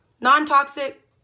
Non-toxic